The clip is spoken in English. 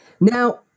Now